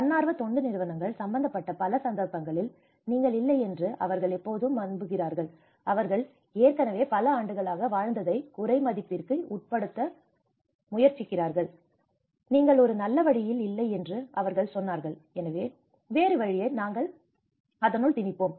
தன்னார்வ தொண்டு நிறுவனங்கள் சம்பந்தப்பட்ட பல சந்தர்ப்பங்களில் நீங்கள் இல்லை என்று அவர்கள் எப்போதும் நம்புகிறார்கள் அவர்கள் ஏற்கனவே பல ஆண்டுகளாக வாழ்ந்ததை குறைமதிப்பிற்கு உட்படுத்த முயற்சிக்கிறார்கள் நீங்கள் ஒரு நல்ல வழியில் இல்லை என்று அவர்கள் சொன்னார்கள் எனவே வேறு வழியை நாங்கள் திணிப்போம்